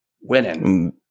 Winning